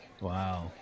Wow